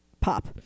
pop